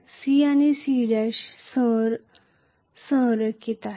C आणि C' सह संरेखित करा